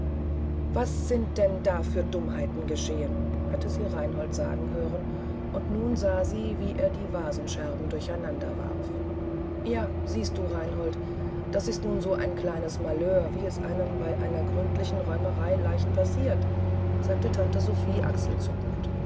was sind denn da für dummheiten geschehen hatte sie reinhold sagen hören und nun sah sie wie er die vasenscherben durcheinander warf ja siehst du reinhold das ist nun so ein kleines malheur wie es einem bei einer gründlichen räumerei leicht passiert sagte tante sophie achselzuckend